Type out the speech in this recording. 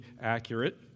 accurate